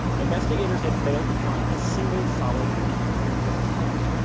investigators had failed to find a single solid lede in the bear brook murders.